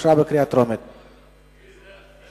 לדיון מוקדם בוועדת הכספים נתקבלה.